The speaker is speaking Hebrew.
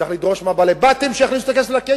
צריך לדרוש מהבעלי-בתים שיכניסו את הכסף מהכיס,